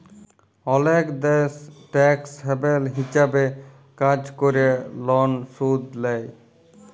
অলেক দ্যাশ tax haven হিছাবে কাজ ক্যরে লন শুধ লেই